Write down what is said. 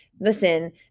listen